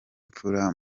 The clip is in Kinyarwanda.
mfura